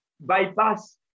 bypass